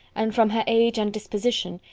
and, from her age and disposition,